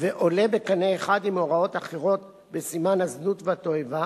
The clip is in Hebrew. ועולה בקנה אחד עם הוראות אחרות בסימן הזנות והתועבה,